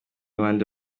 bande